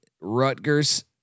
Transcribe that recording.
Rutgers